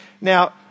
Now